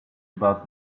about